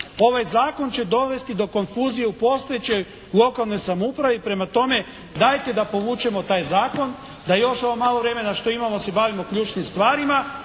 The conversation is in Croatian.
Ovaj zakon će dovesti do konfuzije u postojećoj lokalnoj samoupravi. Prema tome, dajte da povučemo taj zakon, da još ovo malo vremena što imamo se bavimo ključnim stvarima.